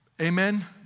amen